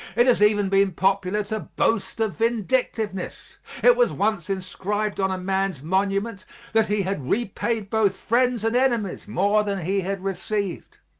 it has even been popular to boast of vindictiveness it was once inscribed on a man's monument that he had repaid both friends and enemies more than he had received.